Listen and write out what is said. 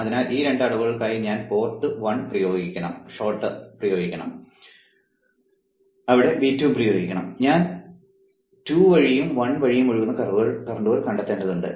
അതിനാൽ ഈ 2 അളവുകൾക്കായി ഞാൻ ഷോർട്ട് പോർട്ട് 1 പ്രയോഗിക്കണം V2 ഞാൻ 2 വഴിയും 1 വഴിയും ഒഴുകുന്ന കറന്റ്കൾ കണ്ടെത്തേണ്ടതുണ്ട്